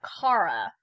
Kara